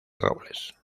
robles